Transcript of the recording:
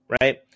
Right